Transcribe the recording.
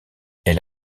elle